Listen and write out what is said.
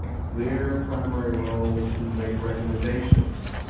their primary role is to make recommendations,